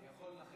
אני יכול לנחש?